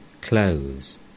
clothes